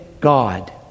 God